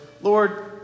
Lord